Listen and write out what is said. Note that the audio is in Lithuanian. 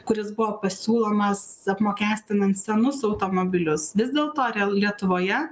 kuris buvo pasiūlomas apmokestinant senus automobilius vis dėlto real lietuvoje